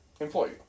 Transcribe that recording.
Employee